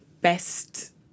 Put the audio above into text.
best